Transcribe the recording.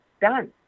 done